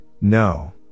no